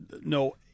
no